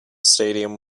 stadium